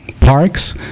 parks